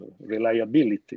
reliability